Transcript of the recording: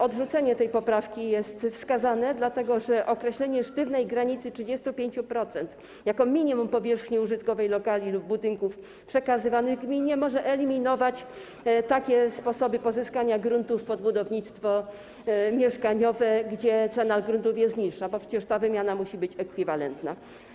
Odrzucenie tej poprawki jest wskazane dlatego, że określenie sztywnej granicy 35% jako minimum powierzchni użytkowej lokali lub budynków przekazywanych gminie może eliminować takie sposoby pozyskania gruntów pod budownictwo mieszkaniowe, gdzie cena gruntów jest niższa, bo przecież ta wymiana musi być ekwiwalentna.